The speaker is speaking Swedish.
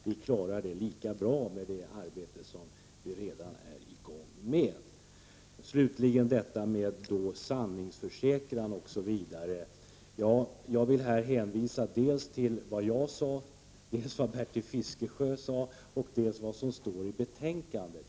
Vi klarar det .. 'a bra med det arbete som redan är i gång. När det slutligen gäller sanu..., "An vill jag hänvisa dels till vad jag sade, dels till vad Bertil Fiskesjö sade oc.. dels till vad som står i betänkandet.